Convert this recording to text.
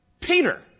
Peter